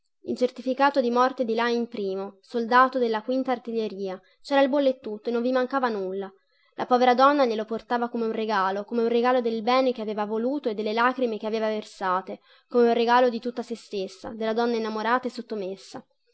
il certificato di morte di lajn primo soldato della vita artiglieria cera il bollo e tutto non ci mancava nulla la povera donna glielo portava come un regalo come un regalo del bene che aveva voluto e delle lacrime che aveva versate come un regalo di tutta sè stessa della donna innamorata e sottomessa